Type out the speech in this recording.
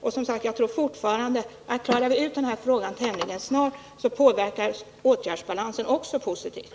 Och jag tror fortfarande att också åtgärdsbalansen påverkas positivt om vi klarar upp den här frågan tämligen snart.